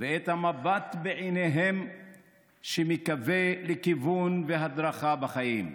ואת המבט בעיניהם שמקווה לכיוון והדרכה בחיים.